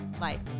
Life